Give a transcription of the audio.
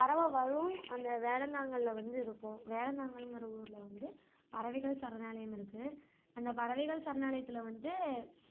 பறவை வரும் அந்த வேடம்ந்தாங்கலில் வந்து இருக்கும் வேடந்தாங்கல்ங்கிற ஊரில் வந்து பறவைகள் சரணாலயம் இருக்குது அந்த பறவைகள் சரணாலயத்தில் வந்து